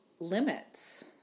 limits